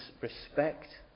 respect